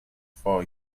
for